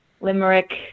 limerick